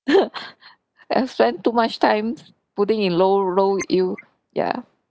and spend too much time putting in low low yield ya